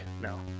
No